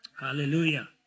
Hallelujah